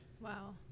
Wow